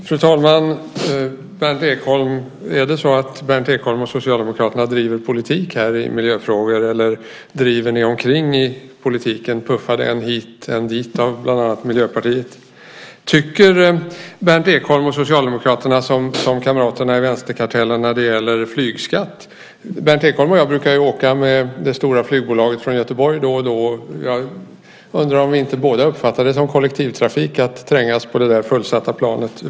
Fru talman! Driver Berndt Ekholm och Socialdemokraterna politik i miljöfrågor, eller driver ni omkring i politiken puffade än hit än dit av bland andra Miljöpartiet? Tycker Berndt Ekholm och Socialdemokraterna som kamraterna i vänsterkartellen när det gäller flygskatt? Berndt Ekholm och jag brukar ju åka med det stora flygbolaget från Göteborg då och då. Jag undrar om vi inte båda uppfattar det som kollektivtrafik att trängas på det fullsatta planet.